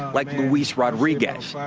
like luis rodriguez.